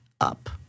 up